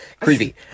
Creepy